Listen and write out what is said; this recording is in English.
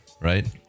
right